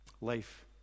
Life